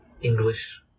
english